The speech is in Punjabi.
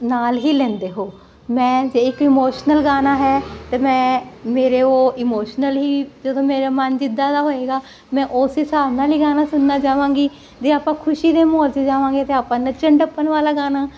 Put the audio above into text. ਨਾਲ ਹੀ ਲੈਂਦੇ ਹੋ ਮੈਂ ਜੇ ਕੋਈ ਇਮੋਸ਼ਨਲ ਗਾਣਾ ਹੈ ਤੇ ਮੈਂ ਮੇਰੇ ਉਹ ਇਮੋਸ਼ਨਲ ਹੀ ਜਦੋਂ ਮੇਰੇ ਮਨ ਜਿੱਦਾਂ ਦਾ ਹੋਏਗਾ ਮੈਂ ਉਸ ਹਿਸਾਬ ਨਾਲ ਹੀ ਗਾਣਾ ਸੁਣਨਾ ਚਾਹਵਾਂਗੀ ਤੇ ਆਪਾਂ ਖੁਸ਼ੀ ਦੇ ਮੌਕੇ 'ਚ ਜਵਾਂਗੇ ਤੇ ਆਪਾਂ ਨੱਚਣ ਟੱਪਣ ਵਾਲਾ ਗਾਣਾ